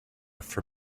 for